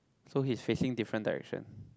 so he's facing different direction